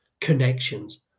connections